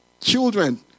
children